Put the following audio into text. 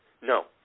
No